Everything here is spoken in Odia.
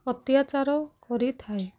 ଅତ୍ୟାଚାର କରିଥାଏ